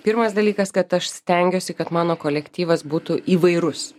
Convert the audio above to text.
pirmas dalykas kad aš stengiuosi kad mano kolektyvas būtų įvairus